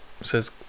says